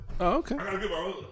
Okay